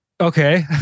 Okay